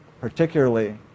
particularly